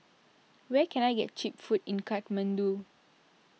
where can I get Cheap Food in Kathmandu